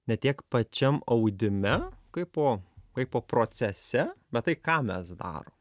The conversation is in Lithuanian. ne tiek pačiam audime kaipo kaipo procese bet tai ką mes darom